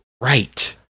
right